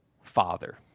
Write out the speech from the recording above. Father